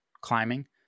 climbing